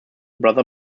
brother